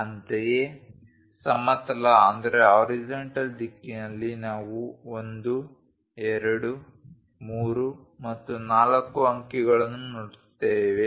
ಅಂತೆಯೇ ಸಮತಲ ದಿಕ್ಕಿನಲ್ಲಿ ನಾವು 1 2 3 ಮತ್ತು 4 ಅಂಕಿಗಳನ್ನು ನೋಡುತ್ತೇವೆ